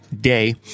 day